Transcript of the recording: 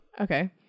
Okay